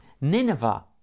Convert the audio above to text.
Nineveh